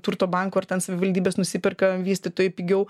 turto banko ar ten savivaldybės nusiperka vystytojai pigiau